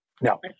No